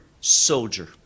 soldier